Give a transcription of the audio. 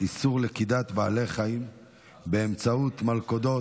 איסור לכידת בעלי חיים באמצעות מלכודות,